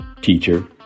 teacher